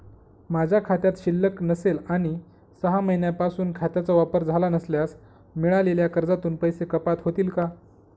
माझ्या खात्यात शिल्लक नसेल आणि सहा महिन्यांपासून खात्याचा वापर झाला नसल्यास मिळालेल्या कर्जातून पैसे कपात होतील का?